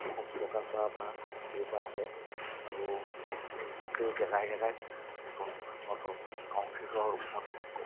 অসম চৰকাৰৰপৰা বা হেৰিৰপৰা আহে আৰু গোটেই জেগাই জেগাই যিখন সিহঁতৰ কাউন্সিলৰ সিহঁতৰ